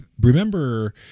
remember